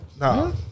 No